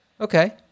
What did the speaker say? Okay